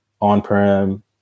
on-prem